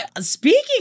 Speaking